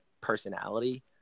personality